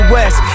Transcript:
West